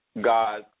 God